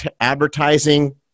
advertising